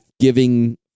giving